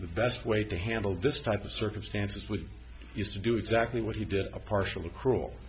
the best way to handle this type of circumstances was used to do exactly what he did a partially cruel